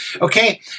Okay